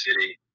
city